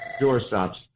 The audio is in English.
doorstops